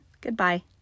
Goodbye